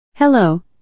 Hello